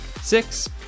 six